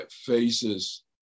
faces